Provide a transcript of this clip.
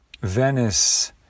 Venice